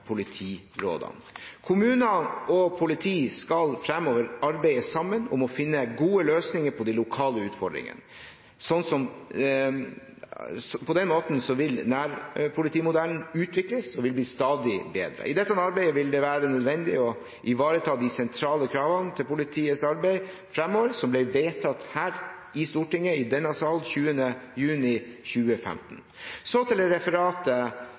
og politi skal fremover arbeide sammen for å finne gode løsninger på de lokale utfordringene. På den måten vil nærpolitimodellen utvikles og bli stadig bedre. I dette arbeidet vil det være nødvendig å ivareta de sentrale kravene til politiets arbeid fremover, som ble vedtatt her i Stortinget 10. juni 2015. Så til